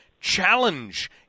Challenge